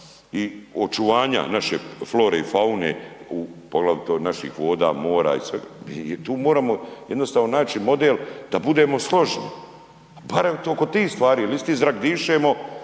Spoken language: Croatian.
i očuvanje naše flore i faune poglavito naših voda, mora i svega, i tu moramo jednostavno naći model da budemo složni. Pa barem oko tih stvari jer isti zrak dišem,